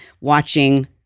watching